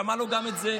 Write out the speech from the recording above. שמענו גם את זה.